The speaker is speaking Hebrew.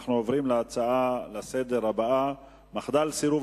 אנו עוברים לנושא הבא בסדר-היום: מחדל סירוב